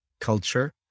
culture